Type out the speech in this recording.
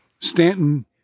Stanton